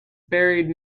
buried